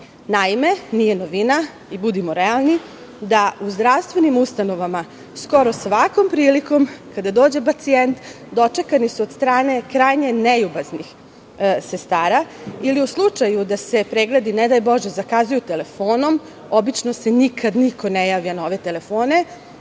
Naime, nije novina i budimo realni da u zdravstvenim ustanovama skoro svakom prilikom kada dođe pacijent, dočekani su od strane krajnje neljubaznih sestara, ili u slučaju da se pregledi, ne daj Bože zakazuju telefonom, obično se nikad niko ne javlja na ove telefone,